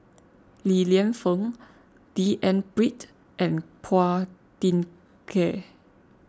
Li Lienfung D N Pritt and Phua Thin Kiay